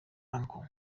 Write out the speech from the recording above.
uncle